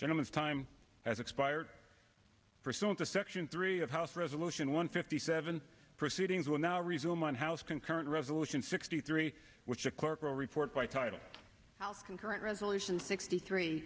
gentleman's time has expired pursuant to section three of house resolution one fifty seven proceedings will now resume on house concurrent resolution sixty three which of corporal report by title house concurrent resolution sixty three